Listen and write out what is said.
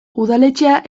udaletxea